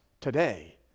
today